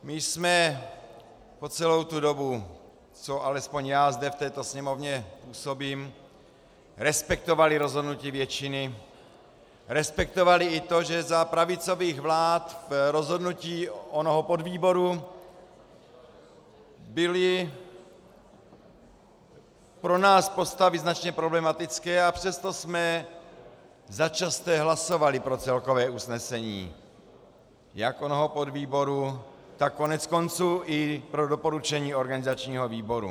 My jsme po celou tu dobu, co alespoň já zde v této Sněmovně působím, respektovali rozhodnutí většiny, respektovali i to, že za pravicových vlád v rozhodnutí onoho podvýboru byly pro nás postavy značně problematické, a přesto jsme začasté hlasovali pro celkové usnesení jak onoho podvýboru, tak koneckonců i pro doporučení organizačního výboru.